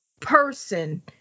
person